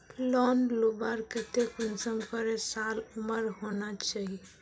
Loan लुबार केते कुंसम करे साल उमर होना चही?